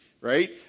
right